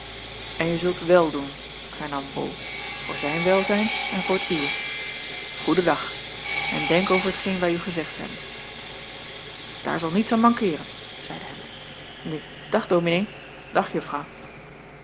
en je zult wel doen hernam bol voor zijn welzijn en voor t uwe goeden dag en denk over t geen wij u gezegd hebben daar zal niets aan mankeeren zeide hendt nu dag dominee dag juffrouw